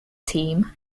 team